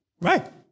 Right